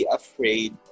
afraid